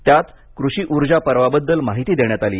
त्यात कृषी ऊर्जा पर्वाबद्दल माहिती देण्यात आली